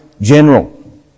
general